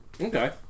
okay